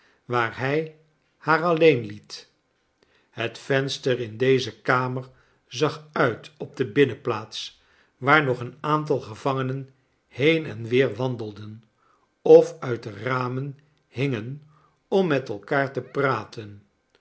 waar hij haar alieen liet het venster in deze kamer zag uit op de binnenplaats waar nog een aantal gevangenen heen en weer wandelden of uit de ramen hingen om met elkaar te praten